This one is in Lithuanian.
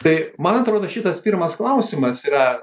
tai man atrodo šitas pirmas klausimas yra